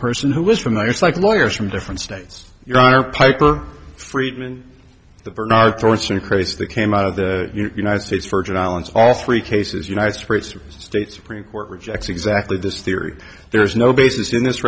person who is from there it's like lawyers from different states your honor piper for even the bernard torch increase that came out of the united states virgin islands all three cases united states state supreme court rejects exactly this theory there is no basis in this